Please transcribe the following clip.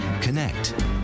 Connect